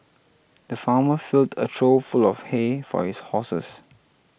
the farmer filled a trough full of hay for his horses